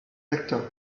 acteurs